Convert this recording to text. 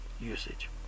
usage